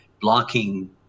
blocking